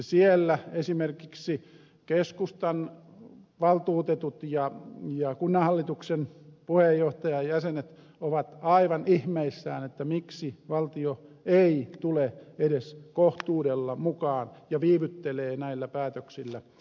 siellä esimerkiksi keskustan valtuutetut ja kunnanhallituksen puheenjohtaja ja jäsenet ovat aivan ihmeissään miksi valtio ei tule edes kohtuudella mukaan ja viivyttelee näillä päätöksillä